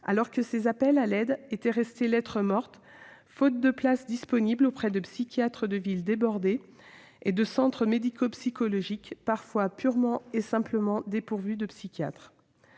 alors que ses appels à l'aide étaient restés lettre morte faute de place disponible auprès de psychiatres de ville débordés et de centres médico-psychologiques parfois purement et simplement dépourvus de psychiatres.